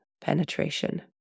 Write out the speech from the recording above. penetration